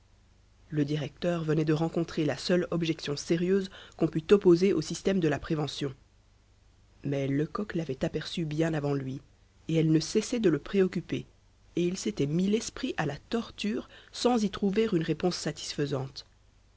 le directeur venait de rencontrer la seule objection sérieuse qu'on put opposer au système de la prévention mais lecoq l'avait aperçue bien avant lui et elle ne cessait de le préoccuper et il s'était mis l'esprit à la torture sans y trouver une réponse satisfaisante